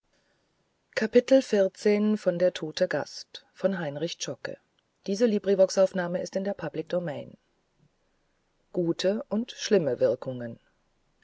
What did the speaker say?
gute und schlimme wirkungen